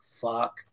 fuck